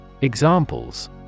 Examples